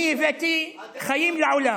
אני הבאתי חיים לעולם.